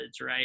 right